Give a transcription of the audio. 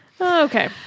Okay